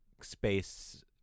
space